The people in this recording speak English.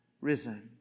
risen